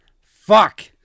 Fuck